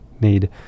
made